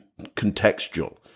contextual